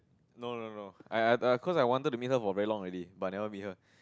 no no no no I I I cause I wanted to meet her for very long already but I never meet her